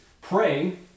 praying